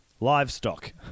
livestock